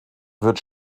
wird